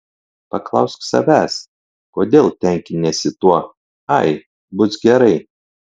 paklausk savęs kodėl tenkiniesi tuo ai bus gerai